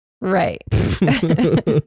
Right